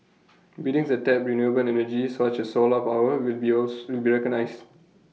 buildings A tap renewable energy such as solar power will be owls will be recognised